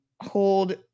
hold